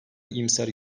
iyimser